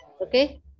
okay